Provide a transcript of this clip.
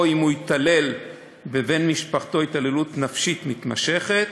או אם הוא התעלל בבן משפחתו התעללות נפשית מתמשכת,